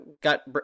got